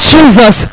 Jesus